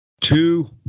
Two